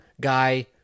guy